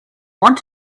want